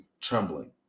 trembling